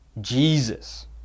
Jesus